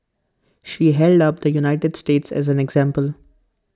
she held up the united states as an example